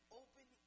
open